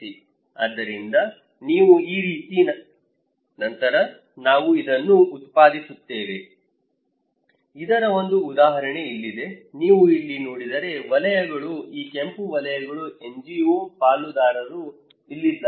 ಆದ್ದರಿಂದ ನೀವು ಈ ರೀತಿ ನಂತರ ನಾವು ಇದನ್ನು ಉತ್ಪಾದಿಸುತ್ತೇವೆ ಇದರ ಒಂದು ಉದಾಹರಣೆ ಇಲ್ಲಿದೆ ನೀವು ಇಲ್ಲಿ ನೋಡಿದರೆ ವಲಯಗಳು ಈ ಕೆಂಪು ವಲಯಗಳು NGO ಪಾಲುದಾರರು ಇಲ್ಲಿದೆ